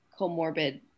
comorbid